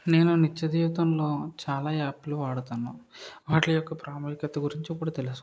నేను నిత్యజీవితంలో చాలా యాప్లు వాడుతున్నా వాటి యొక్క ప్రాముఖ్యత గురించి ఇప్పుడు తెలుసుకుందాం